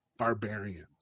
barbarians